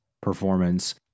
performance